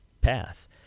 path